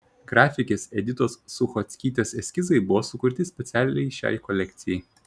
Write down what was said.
grafikės editos suchockytės eskizai buvo sukurti specialiai šiai kolekcijai